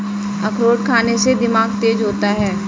अखरोट खाने से दिमाग तेज होता है